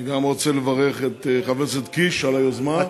גם אני רוצה לברך את חבר הכנסת קיש על היוזמה,